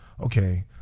Okay